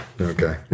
Okay